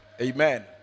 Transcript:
Amen